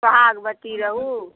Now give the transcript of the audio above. सोहागवती रहू